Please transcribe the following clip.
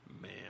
man